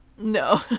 No